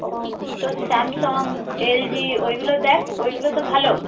ও তোর Samsung LG ওইগুলো দেখ ওইগুলো তো ভালো